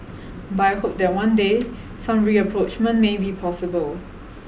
but I hope that one day some rapprochement may be possible